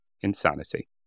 insanity